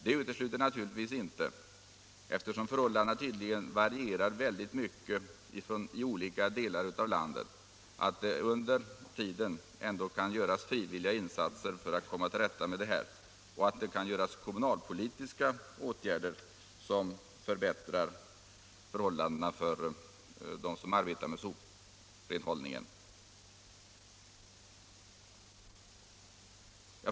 Det utesluter naturligtvis inte, eftersom förhållandena tydligen varierar kraftigt i olika delar av landet, att det under tiden ändå kan göras frivilliga insatser för att rätta till sophanteringen och att det kan vidtas kommunalpolitiska åtgärder som förbättrar förhållandena för dem som arbetar med sophämtningen.